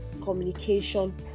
communication